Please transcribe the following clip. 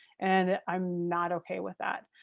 and i'm not okay with that.